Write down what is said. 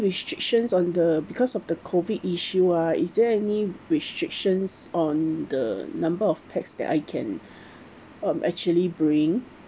restrictions on the because of the COVID issue ah is there any restrictions on the number of pax that I can um actually bring